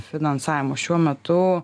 finansavimu šiuo metu